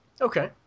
Okay